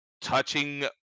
touching